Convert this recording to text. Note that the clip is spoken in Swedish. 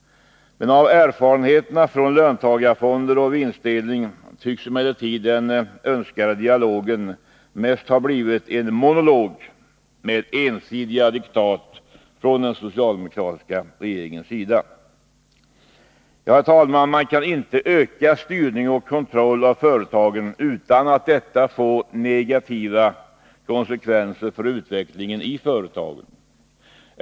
Men av erfarenheterna från löntagarfonder och vinstdelning tycks emellertid den önskade dialogen mest ha blivit en monolog med ensidiga diktat från den socialdemokratiska regeringens sida. Herr talman! Man kan inte öka styrning och kontroll av företagen utan att detta får negativa konsekvenser för utvecklingen i företagen.